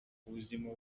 ubuzima